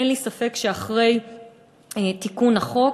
אין לי ספק שאחרי תיקון החוק